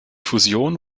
fusion